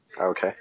Okay